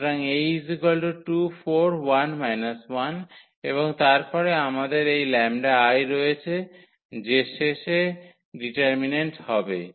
সুতরাং এবং তারপরে আমাদের এই λI রয়েছে যে শেষে ডিটারমিন্যান্ট হবে